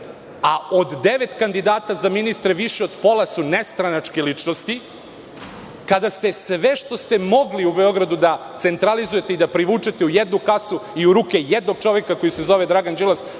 a od devet kandidata za ministre, više pola su nestranačke ličnosti, kada ste sve što ste mogli u Beogradu da centralizujete i da privučete u jednu kasu i u ruke jednog čoveka koji se zove Dragan Đilas,